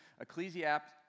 Ecclesiastes